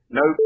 no